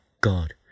God